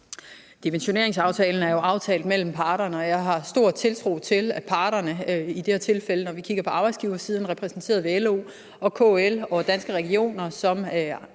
Dimensioneringsaftalen er jo aftalt mellem parterne, og jeg har stor tiltro til, at parterne – i det her tilfælde arbejdsgivere og arbejdstagere repræsenteret ved LO, KL og Danske Regioner – har